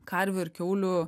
karvių ir kiaulių